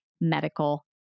medical